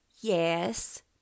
Yes